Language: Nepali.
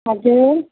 हजुर